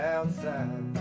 Outside